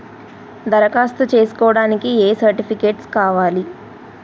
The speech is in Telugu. దరఖాస్తు చేస్కోవడానికి ఏ సర్టిఫికేట్స్ కావాలి?